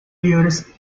liebres